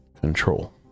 control